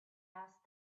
asked